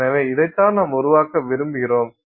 எனவே இதைத்தான் நாம் உருவாக்க விரும்புகிறோம்